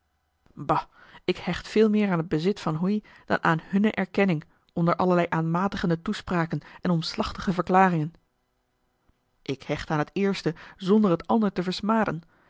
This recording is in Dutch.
bah ik hecht veel meer aan t bezit van hoey dan aan hunne erkenning onder allerlei aanmatigende toespraken en omslachtige verklaringen k hecht aan het eerste zonder het ander te versmaden